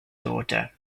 daughter